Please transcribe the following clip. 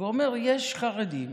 ואומר שיש חרדים